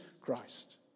Christ